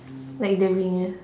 like the ringer